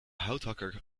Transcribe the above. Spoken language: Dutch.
houthakker